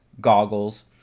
goggles